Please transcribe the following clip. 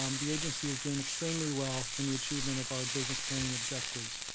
um the agency is doing extremely well in the achievement of our business planning objectives.